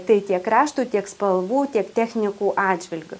tai tiek raštų tiek spalvų tiek technikų atžvilgiu